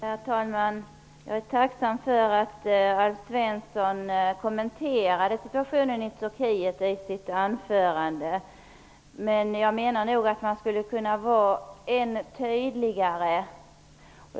Herr talman! Jag är tacksam för att Alf Svensson i sitt anförande kommenterade situationen i Turkiet. Jag menar nog att man skulle kunna vara ännu tydligare än vad han var.